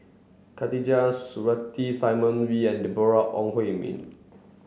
Khatijah Surattee Simon Wee and Deborah Ong Hui Min